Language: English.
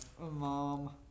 Mom